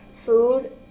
food